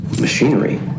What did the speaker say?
Machinery